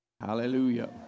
Hallelujah